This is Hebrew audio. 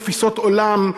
תפיסות עולם,